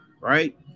right